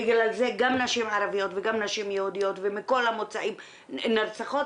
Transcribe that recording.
בגלל זה גם נשים ערביות וגם נשים יהודיות ומכל המוצאים נרצחות